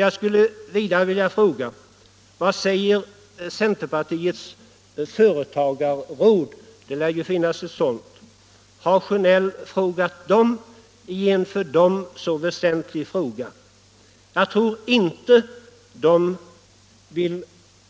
Jag skulle också vilja fråga: Vad säger centerpartiets företagarråd? — Det lär ju finnas ett sådant. Har herr Sjönell frågat detta råd i en för medlemmarna så väsentlig fråga? Jag tror inte de